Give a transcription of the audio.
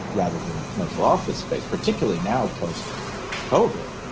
rather than commercial office space, particularly now post covid,